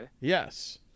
Yes